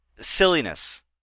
silliness